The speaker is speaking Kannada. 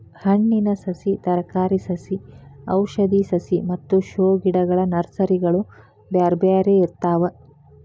ಹಣ್ಣಿನ ಸಸಿ, ತರಕಾರಿ ಸಸಿ ಔಷಧಿ ಸಸಿ ಮತ್ತ ಶೋ ಗಿಡಗಳ ನರ್ಸರಿಗಳು ಬ್ಯಾರ್ಬ್ಯಾರೇ ಇರ್ತಾವ